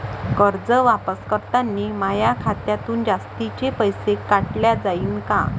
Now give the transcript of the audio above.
कर्ज वापस करतांनी माया खात्यातून जास्तीचे पैसे काटल्या जाईन का?